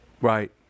right